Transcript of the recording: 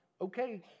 okay